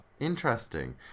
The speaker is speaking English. Interesting